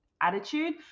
attitude